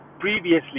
previously